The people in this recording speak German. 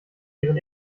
ihren